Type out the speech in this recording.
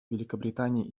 великобритании